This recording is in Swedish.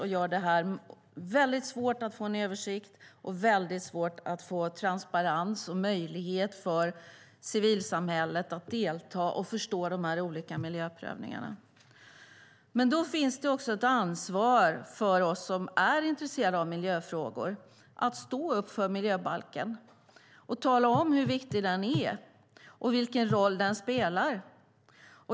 Det gör att det är väldigt svårt att få en översikt och att få transparens och en möjlighet för civilsamhället att delta och förstå de olika miljöprövningarna. Då finns det också ett ansvar för oss som är intresserade av miljöfrågor att stå upp för miljöbalken och tala om hur viktig den är och vilken roll den spelar.